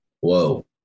Whoa